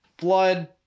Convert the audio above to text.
blood